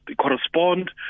correspond